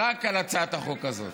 רק על הצעת החוק הזאת,